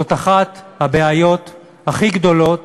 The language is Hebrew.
זאת אחת הבעיות הכי גדולות